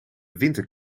winter